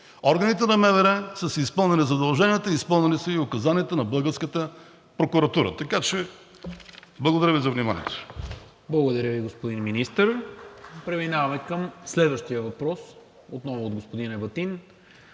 Органите на МВР са си изпълнили задълженията, изпълнили са и указанията на българската прокуратура. Така че, благодаря Ви за вниманието. ПРЕДСЕДАТЕЛ НИКОЛА МИНЧЕВ: Благодаря Ви, господин Министър. Преминаваме към следващия въпрос – отново от господин Ебатин,